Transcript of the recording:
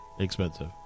expensive